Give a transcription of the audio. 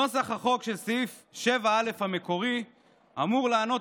נוסח החוק של סעיף 7א המקורי אמור לענות